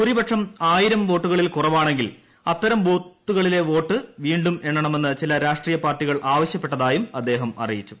ഭൂരിപക്ഷം ആയിരം വോട്ടുകളിൽ കുറവാണ്ണ്ട്കിൽ അത്തരം ബൂത്തുകളിലെ വോട്ട് വീണ്ടും എണ്ണമെന്ന് ചില രാഷ്ട്രീയ പാർട്ടികൾ ആവശ്യപ്പെട്ടതായും അദ്ദേഹം അറിയിച്ചു